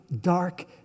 dark